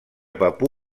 papua